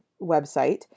website